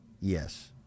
Yes